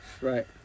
Right